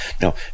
Now